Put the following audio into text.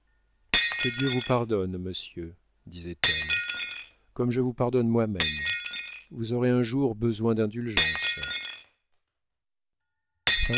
que dieu vous pardonne monsieur disait-elle comme je vous pardonne moi-même vous aurez un jour besoin d'indulgence